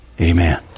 Amen